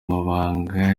mabanga